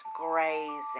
grazing